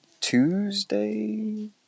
Tuesday